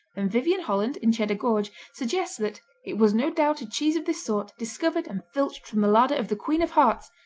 and vyvyan holland, in cheddar gorge suggests that it was no doubt a cheese of this sort, discovered and filched from the larder of the queen of hearts,